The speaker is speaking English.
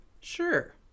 Sure